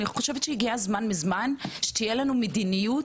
אני חושבת שהגיע הזמן שתהיה לנו מדיניות